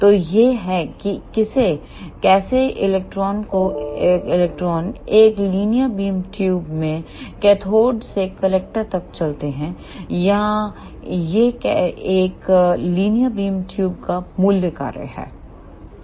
तो यह है कि कैसे इलेक्ट्रॉनों एक लीनियर बीम ट्यूब में कैथोड से कलेक्टर तक चलते हैं या यह एक लीनियर बीम ट्यूब का मूल कार्य है